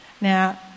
Now